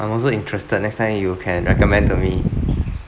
I'm also interested next time you can recommend to me